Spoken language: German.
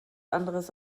anderes